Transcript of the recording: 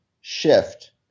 shift